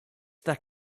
that